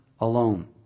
alone